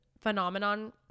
Phenomenon